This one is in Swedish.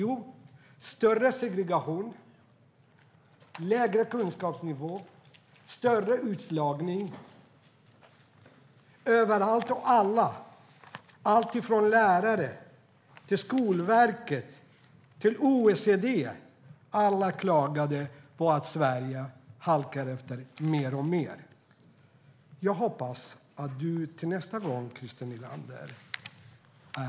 Jo, större segregation, lägre kunskapsnivå och större utslagning överallt. Och alla - från lärare till Skolverket och OECD - klagade på att Sverige halkar efter mer och mer. Jag hoppas att du är mer påläst till nästa gång, Christer Nylander.